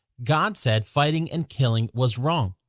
god said fighting and killing was wrong.